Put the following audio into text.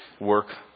work